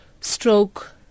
stroke